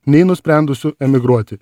nei nusprendusių emigruoti